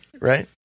right